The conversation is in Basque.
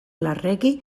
larregi